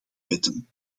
wetten